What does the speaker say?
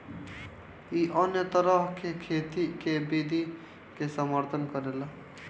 इ अन्य तरह के खेती के विधि के समर्थन करेला